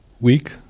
Weak